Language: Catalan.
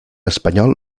espanyol